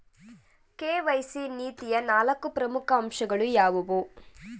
KYC ನೀತಿಯ ನಾಲ್ಕು ಪ್ರಮುಖ ಅಂಶಗಳು ಯಾವುವು?